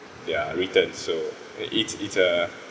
their return so uh it's it's uh